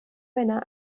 männer